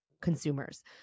consumers